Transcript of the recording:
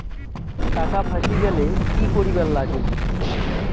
টাকা ফাঁসি গেলে কি করিবার লাগে?